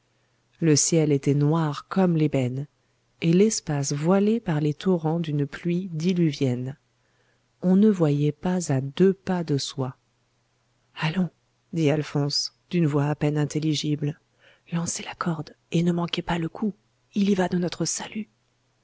le ciel était noir comme l'ébène et l'espace voilé par les torrents d'une pluie diluvienne on ne voyait pas à deux pas de soi allons dit alphonse d'une voix à peine intelligible lancez la corde et ne manquez pas le coup il y va de notre salut